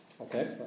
Okay